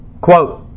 Quote